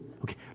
Okay